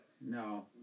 No